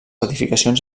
edificacions